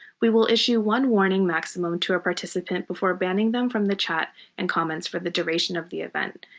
we will issue one warning maximum to a participant before banning them from the chat and comments for the duration of the event.